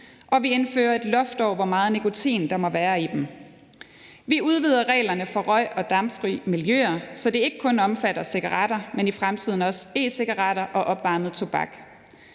og vi indfører et loft over, hvor meget nikotin der må være i dem. Vi udvider reglerne for røg- og dampfrie miljøer, så det ikke kun omfatter cigaretter, men i fremtiden også e-cigaretter og opvarmet tobak.